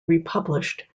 republished